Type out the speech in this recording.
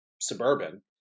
suburban